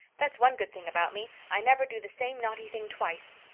that's one good thing about me. i never do the same naughty thing twice.